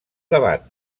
davant